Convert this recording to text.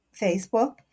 Facebook